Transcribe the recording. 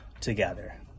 together